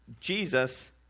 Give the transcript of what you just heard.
Jesus